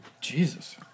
Jesus